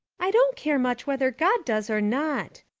i don't care much whether god does or not.